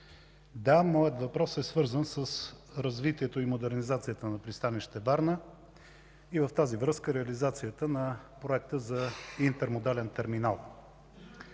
да, моят въпрос е свързан с развитието и модернизацията на пристанище Варна и в тази връзка – реализацията на проекта за интермодален терминал.